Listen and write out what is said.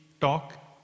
talk